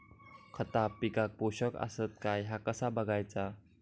खता पिकाक पोषक आसत काय ह्या कसा बगायचा?